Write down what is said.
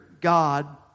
God